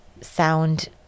sound